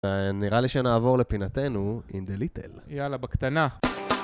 נראה לי שנעבור לפינתנו עם דה ליטל. -יאללה, בקטנה.